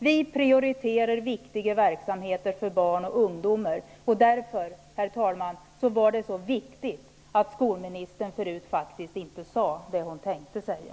Vi prioriterar viktiga verksamheter för barn och ungdomar. Därför, herr talman, var det så viktigt att skolministern förut faktiskt inte sade det hon tänkte säga.